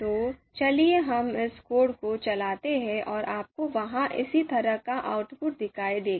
तो चलिए हम इस कोड को चलाते हैं और आपको वहां इसी तरह का आउटपुट दिखाई देगा